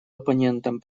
оппонентом